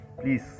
please